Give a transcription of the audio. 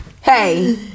hey